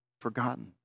forgotten